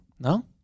no